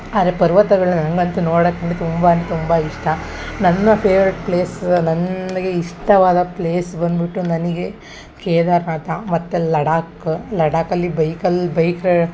ಆದರೆ ಪರ್ವತಗಳನ್ನ ನನಗಂತೂ ನೋಡಕ್ಕೆ ಅಂದ್ರೆ ತುಂಬ ಅಂದ್ರೆ ತುಂಬ ಇಷ್ಟ ನನ್ನ ಫೇವ್ರೆಟ್ ಪ್ಲೇಸ್ ನನಗೆ ಇಷ್ಟವಾದ ಪ್ಲೇಸ್ ಬಂದ್ಬಿಟ್ಟು ನನಗೆ ಕೇದಾರನಾಥ ಮತ್ತು ಲಡಾಖ್ ಲಡಾಖಲ್ಲಿ ಬೈಕಲ್ಲಿ ಬೈಕ್